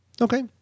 Okay